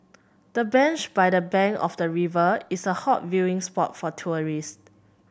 the bench by the bank of the river is a hot viewing spot for tourists